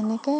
এনেকে